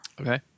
Okay